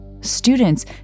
Students